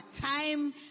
time